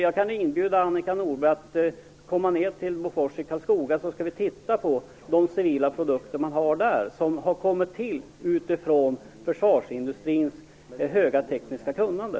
Jag kan inbjuda Annika Nordgren att komma ned till Bofors i Karlskoga, så skall vi titta på de civila produkter som man har där och som har kommit till utifrån försvarsindustrins höga tekniska kunnande.